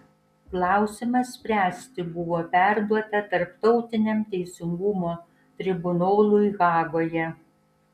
klausimą spręsti buvo perduota tarptautiniam teisingumo tribunolui hagoje